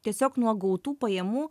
tiesiog nuo gautų pajamų